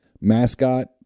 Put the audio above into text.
mascot